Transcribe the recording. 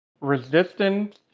Resistance